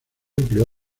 empleó